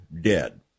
Dead